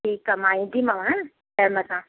ठीकु आहे मां ईंदीमांव हान टेम सां